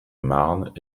marnes